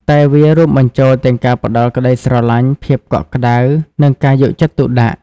តែវារួមបញ្ចូលទាំងការផ្ដល់ក្ដីស្រឡាញ់ ភាពកក់ក្ដៅ និងការយកចិត្តទុកដាក់។